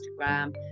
Instagram